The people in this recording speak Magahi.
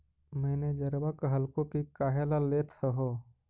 मैनेजरवा कहलको कि काहेला लेथ हहो?